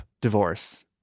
divorce